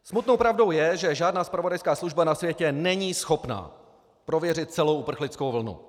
Smutnou pravdou je, že žádná zpravodajská služba na světě není schopná prověřit celou uprchlickou vlnu.